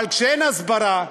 אבל כשאין הסברה,